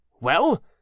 Well